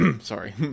Sorry